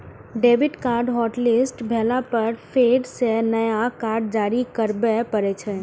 debit card hotlist भेला पर फेर सं नया कार्ड जारी करबे पड़ै छै